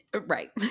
Right